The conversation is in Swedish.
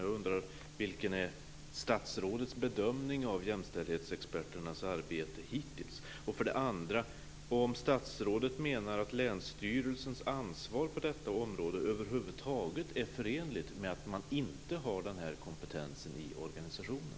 Jag undrar för det första vad som är statsrådets bedömning av jämställdhetsexperternas arbete hittills och för det andra om statsrådet menar att länsstyrelsens ansvar på detta område över huvud taget är förenligt med att inte ha den här kompetensen i organisationen.